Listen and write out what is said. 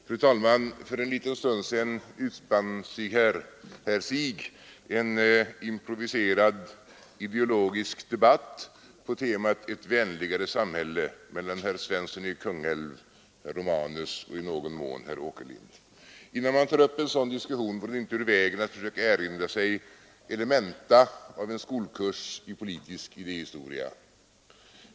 Fru talman! För en liten stund sedan utspann sig här en improviserad ideologisk debatt på temat ”ett vänligare samhälle” mellan herr Svensson i Kungälv, herr Romanus och i någon mån herr Åkerlind. Innan man tar upp en sådan diskussion vore det inte ur vägen att försöka erinra sig elementa av en skolkurs i politisk idéhistoria.